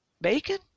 Bacon